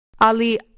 Ali